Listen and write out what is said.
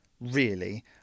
Really